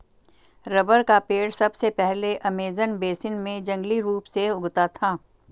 rubber का पेड़ सबसे पहले अमेज़न बेसिन में जंगली रूप से उगता था